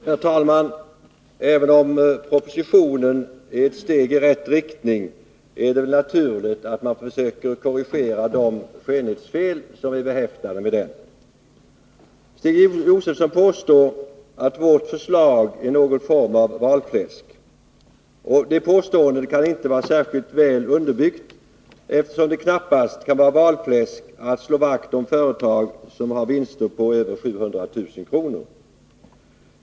Herr talman! Även om propositionen är ett steg i rätt riktning, är det naturligt att man försöker rätta till de skönhetsfel som den är behäftad med. Stig Josefson påstår att vårt förslag är någon form av valfläsk. Det påståendet kaninte vara särskilt väl underbyggt, eftersom det knappast kan vara valfläsk att slå vakt om företag som har vinster på över 700 000 kr.